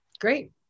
Great